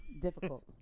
Difficult